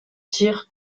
tirs